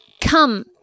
come